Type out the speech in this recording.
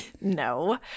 No